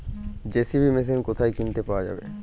JCB machine কোথায় কিনতে পাওয়া যাবে?